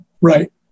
right